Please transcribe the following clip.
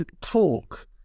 talk